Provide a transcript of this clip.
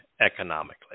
economically